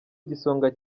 igisonga